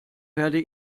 werde